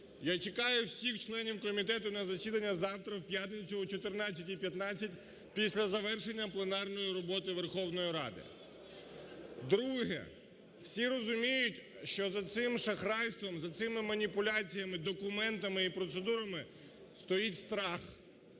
Я чекаю всіх членів комітету на засідання завтра, в п'ятницю, о 14.15, після завершення пленарної роботи Верховної Ради. Друге. Всі розуміють, що за цим шахрайством, за цими маніпуляціями, документами і процедурами стоїть страх.